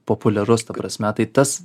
populiarus ta prasme tai tas